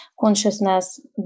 consciousness